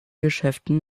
geschäften